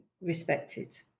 respected